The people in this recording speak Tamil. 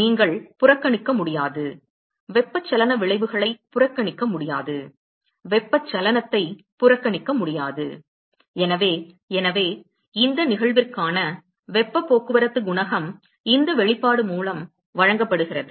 நீங்கள் புறக்கணிக்க முடியாது வெப்பச்சலன விளைவுகளை புறக்கணிக்க முடியாது வெப்பச்சலனத்தை புறக்கணிக்க முடியாது எனவே இந்த நிகழ்விற்கான வெப்ப போக்குவரத்து குணகம் இந்த வெளிப்பாடு மூலம் வழங்கப்படுகிறது